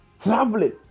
Traveling